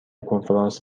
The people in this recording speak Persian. کنفرانس